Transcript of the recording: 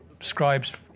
scribes